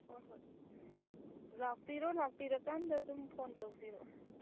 ꯍꯣꯏ ꯍꯣꯏ ꯂꯥꯛꯄꯤꯔꯣ ꯂꯥꯛꯄꯤꯔꯀꯥꯟꯗ ꯑꯗꯨꯝ ꯐꯣꯟ ꯇꯧꯕꯤꯔꯛꯑꯣ